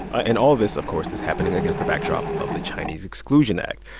and all this, of course, is happening against the backdrop of the chinese exclusion act,